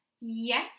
yes